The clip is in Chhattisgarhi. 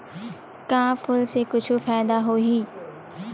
का फूल से कुछु फ़ायदा होही?